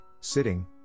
sitting